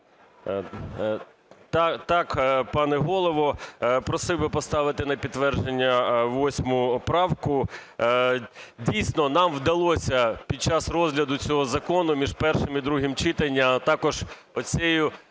Так, пане Голово. Просив би поставити на підтвердження 8 правку. Дійсно, нам вдалося під час розгляду цього закону між першим і другим читанням, а також цією